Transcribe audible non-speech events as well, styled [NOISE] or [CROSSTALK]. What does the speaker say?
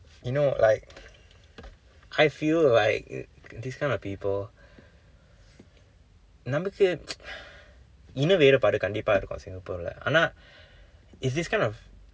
you know like I feel like this kind of people நமக்கு:namakku [NOISE] இன வேறுபாடு கண்டிப்பா இருக்கும் சிங்கப்பூர்ல ஆனால்:ina veerupaadu kandippaa irukkum sinkappurla aanaal it's this kind of